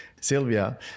Silvia